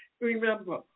remember